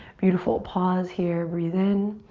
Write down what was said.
beautiful, pause here, breathe in.